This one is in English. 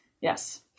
Yes